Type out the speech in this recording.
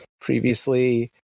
previously